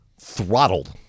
throttled